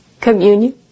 communion